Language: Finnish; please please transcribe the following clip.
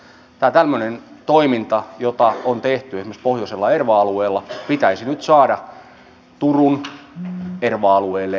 tämä tämmöinen toiminta jota on tehty esimerkiksi pohjoisella erva alueella pitäisi nyt saada turun erva alueelle myös